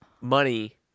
Money